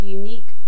unique